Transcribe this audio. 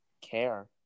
care